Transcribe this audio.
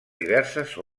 diverses